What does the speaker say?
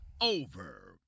over